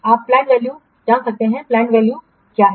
आप planned value जान सकते हैं कि प्लैंड वैल्यू क्या है